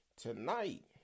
tonight